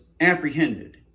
apprehended